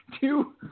Two